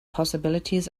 possibilities